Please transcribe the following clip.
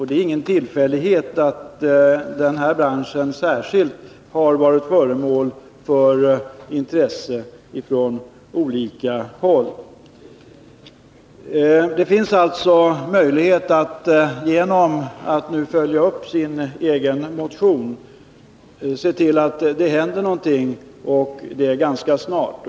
Det är ingen tillfällighet att den här branschen särskilt har varit föremål för intresse från olika håll. Det finns alltså möjlighet för Sven Andersson att nu, genom att följa upp sin egen motion, se till att det händer någonting och det ganska snart.